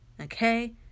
Okay